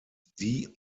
die